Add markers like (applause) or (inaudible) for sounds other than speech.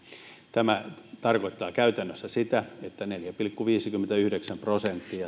tämä tarkoittaa käytännössä sitä että sijaisapumaksutaulukosta tai sijaisapumaksusta tehdään neljä pilkku viisikymmentäyhdeksän prosenttia (unintelligible)